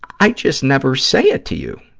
i just never say it to you.